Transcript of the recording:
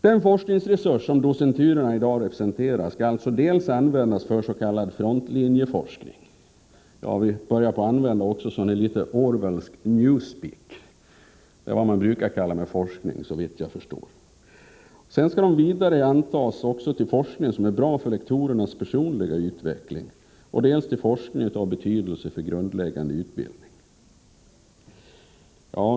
Den forskningsresurs som docenturerna i dag representerar skall alltså för det första användas för s.k. frontlinjeforskning — man har här börjat använda Orwellsk s.k. New-speak; vad som avses är såvitt jag förstår liktydigt med vad som normalt bara kallas forskning. Den skall för det andra användas för forskning som är bra för lektorernas personliga utveckling och för det tredje till forskning av betydelse för grundläggande utbildning.